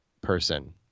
person